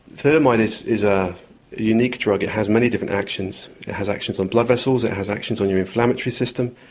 thalidomide is is a unique drug. it has many different actions. it has actions on blood vessels, it has actions on your inflammatory system,